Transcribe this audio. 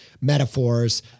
metaphors